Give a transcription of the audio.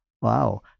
Wow